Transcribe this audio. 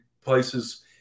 places